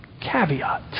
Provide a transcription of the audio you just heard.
caveat